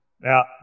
Now